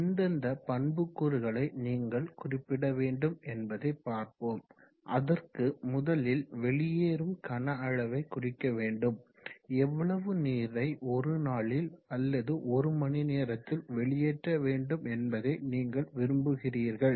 எந்தெந்த பண்புக்கூறுகளை நீங்கள் குறிப்பிட வேண்டும் என்பதை பார்ப்போம் அதற்கு முதலில் வெளியேறும் கன அளவை குறிக்க வேண்டும் எவ்வளவு நீரை ஒருநாளில் அல்லது ஒரு மணிநேரத்தில் வெளியேற்ற வேண்டும் என்பதை நீங்கள் விரும்புகிறீர்கள்